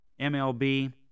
MLB